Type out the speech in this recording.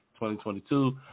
2022